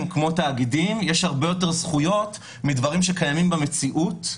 כמו תאגידים יש הרבה יותר זכויות מדברים שקיימים במציאות,